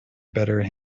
better